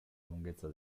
lunghezza